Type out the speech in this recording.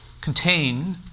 contain